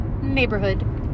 neighborhood